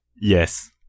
Yes